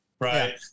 right